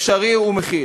אפשרי ומכיל.